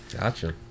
Gotcha